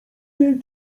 jej